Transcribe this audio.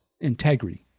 integrity